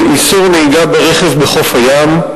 לאיסור נהיגה ברכב בחוף הים.